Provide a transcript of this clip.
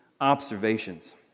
observations